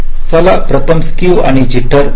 चला प्रथम स्क्क्यू आणि जिटर पाहू